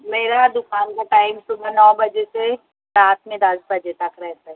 میرا دُکان کا ٹائم صُبح نو بجے سے رات میں دس بجے تک رہتا ہے